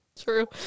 true